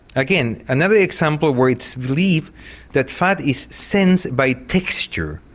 again another example where it's believed that fat is sensed by texture,